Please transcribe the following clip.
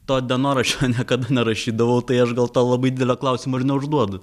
to dienoraščio niekada nerašydavau tai aš gal to labai didelio klausimo ir neužduodu